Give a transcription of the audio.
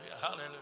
hallelujah